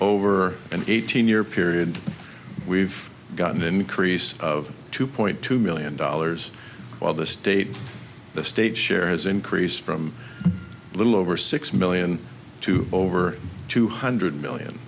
over an eighteen year period we've got an increase of two point two million dollars while the state the state share has increased from a little over six million to over two hundred million